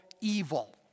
evil